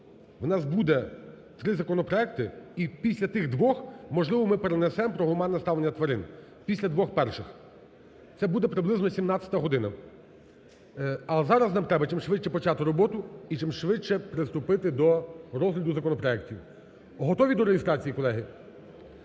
у нас буде три законопроекти, і після тих двох, можливо, ми перенесемо про гуманне ставлення тварин. Після двох перших. Це буде приблизно 17-а година. А зараз нам треба, чим швидше почати роботу і чим швидше приступити до розгляду законопроектів. Готові до реєстрації, колеги?